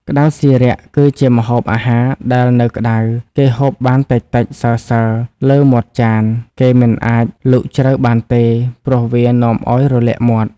ក្ដៅស៊ីរាក់ គីជាម្ហូបអាហារដែលនៅក្តៅ គេហូបបានតិចៗ សើៗ លើមាត់ចាន គេមិនអាចលូកជ្រៅ បានទេ ព្រោះវានាំឲ្យរលាកមាត់។